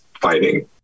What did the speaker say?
fighting